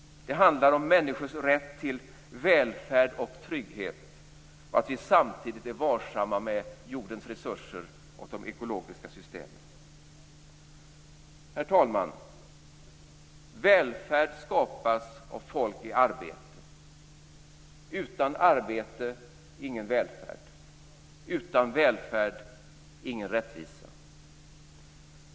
Det handlar om människors rätt till välfärd och trygghet och att vi samtidigt är varsamma med jordens resurser och de ekologiska systemen. Herr talman! Välfärd skapas av folk i arbete. Utan arbete ingen välfärd. Utan välfärd ingen rättvisa.